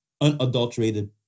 Unadulterated